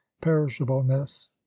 perishableness